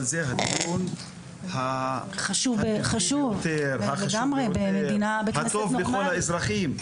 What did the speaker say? אבל זה הדיון החשוב ביותר, הטוב לכל האזרחים.